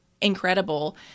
incredible